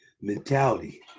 mentality